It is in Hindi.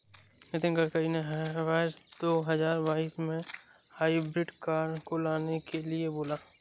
नितिन गडकरी ने वर्ष दो हजार बाईस में हाइब्रिड कार को लाने के लिए बोला